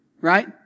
right